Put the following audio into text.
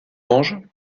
anges